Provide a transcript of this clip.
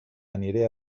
aniré